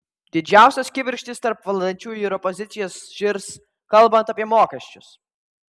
didžiausios kibirkštys tarp valdančiųjų ir opozicijos žirs kalbant apie mokesčius